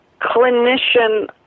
clinician